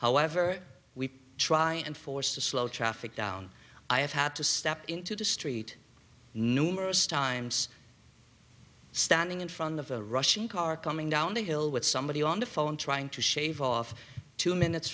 however we try and force to slow traffic down i have had to step into the street numerous times standing in front of a rushing car coming down the hill with somebody on the phone trying to shave off two minutes